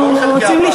אנחנו רוצים,